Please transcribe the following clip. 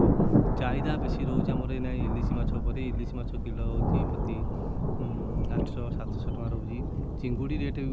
ଚାହିଦା ବେଶୀ ରହୁଛି ଆମର ଏଇନା ଇଲିଶି ମାଛ ଉପରେ ଇଲିଶି ମାଛ କିଲୋ ହେଉଛି ପ୍ରତି ଆଠ ଶହ ସାତ ଶହ ଟଙ୍କା ରହୁଛି ଚିଙ୍ଗୁଡ଼ି ରେଟ୍ ବି